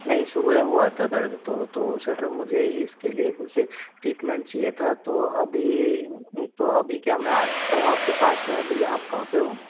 नहीं सुबह हुआ था दर्द तो तो सर मुझे इसके लिए कुछ ट्रीटमेंट चाहिए था तो अभी तो अभी क्या मैं आ सकता हूँ आपके पास में अभी आप कहाँ पे हो